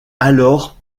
alors